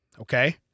Okay